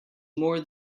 more